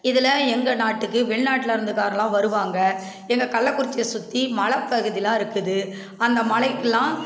இதில் எங்கள் நாட்டுக்கு வெளிநாட்டில் இருந்து கார்லெலாம் வருவாங்க எங்கள் கள்ளக்குறிச்சியை சுற்றி மலைப் பகுதியெலாம் இருக்குது அந்த மலைக்கெலாம்